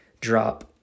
drop